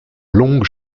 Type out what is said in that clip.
longue